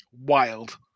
Wild